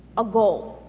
a goal,